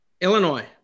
Illinois